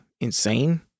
insane